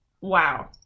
wow